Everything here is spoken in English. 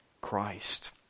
Christ